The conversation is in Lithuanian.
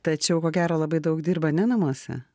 tačiau ko gero labai daug dirba ne namuose